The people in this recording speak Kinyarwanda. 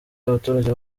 y’abaturage